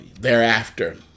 thereafter